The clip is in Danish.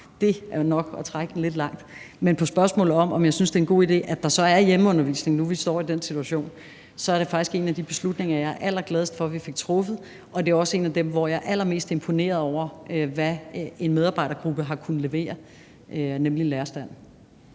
Det er nok at trække den lidt langt. Men til spørgsmålet om, om jeg synes, det er en god idé, at der er hjemmeundervisning, når vi nu står i den situation, må jeg sige, at det faktisk er en af de beslutninger, jeg er allergladest for vi fik truffet, og det er også her, at jeg er allermest imponeret over, hvad en medarbejdergruppe, nemlig lærerstanden,